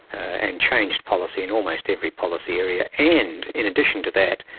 and changed policy in almost every policy area, and in addition to that,